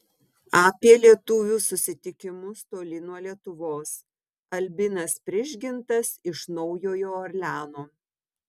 apie lietuvių susitikimus toli nuo lietuvos albinas prižgintas iš naujojo orleano